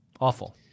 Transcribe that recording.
Awful